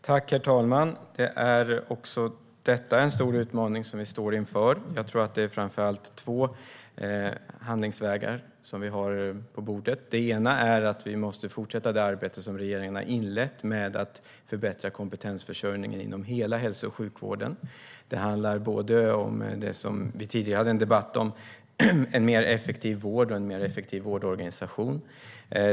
Herr talman! Även detta är en stor utmaning som vi står inför. Jag tror att vi har framför allt två handlingsvägar på bordet. En är att vi måste fortsätta det arbete som regeringen har inlett med att förbättra kompetensförsörjningen inom hela hälso och sjukvården. Det handlar om det som vi tidigare hade en debatt om, det vill säga en mer effektiv vård och en mer effektiv vårdorganisation.